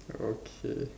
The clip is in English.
okay